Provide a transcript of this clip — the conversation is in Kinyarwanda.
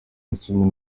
ikindi